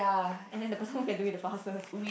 and then the person who can do it the fastest